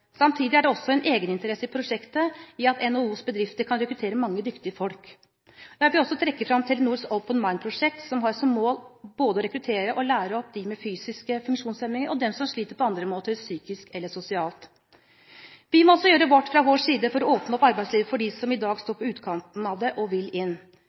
Samtidig er det også en egeninteresse i prosjektet ved at NHOs bedrifter kan rekruttere mange dyktige folk. Jeg vil også trekke fram Telenor Open Mind-prosjekt, som har som mål å rekruttere og lære opp både dem med fysiske funksjonshemminger og dem som sliter på andre måter, psykisk eller sosialt. Vi må også fra vår side gjøre vårt for å åpne opp arbeidslivet for dem som i dag står på utsiden av det og vil inn.